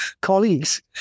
colleagues